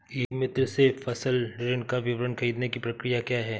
ई मित्र से फसल ऋण का विवरण ख़रीदने की प्रक्रिया क्या है?